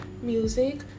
music